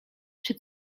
czy